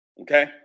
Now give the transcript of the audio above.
Okay